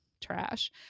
trash